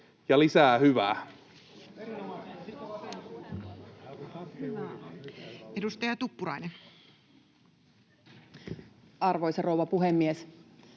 lisää hyvää.